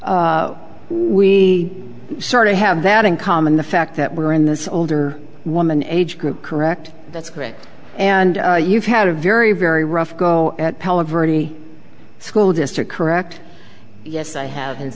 we sort of have that in common the fact that we're in this older woman age group correct that's correct and you've had a very very rough verdes school district correct yes i have and